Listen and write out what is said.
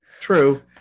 true